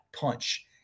punch